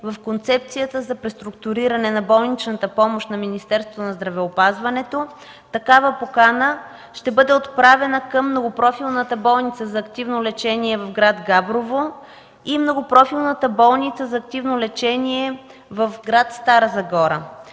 в Концепцията за преструктуриране на болничната помощ на Министерството на здравеопазването. Такава покана ще бъде отправена към Многопрофилната болница за активно лечение в град Габрово и Многопрофилната болница за активно лечение в град Стара Загора.